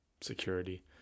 security